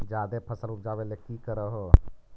जादे फसल उपजाबे ले की कर हो?